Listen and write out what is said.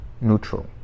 neutral